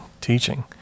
teaching